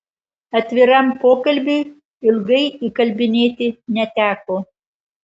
atviram pokalbiui ilgai įkalbinėti neteko